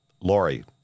Lori